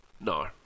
No